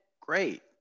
great